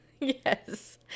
yes